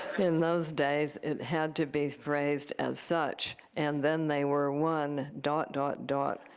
in those days, it had to be phrased as such and then they were one, dot, dot, dot,